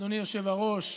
אדוני היושב-ראש,